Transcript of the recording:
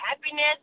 happiness